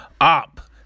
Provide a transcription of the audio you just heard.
up